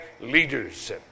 leaders